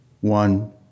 one